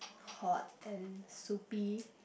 hot and soupy